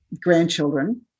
grandchildren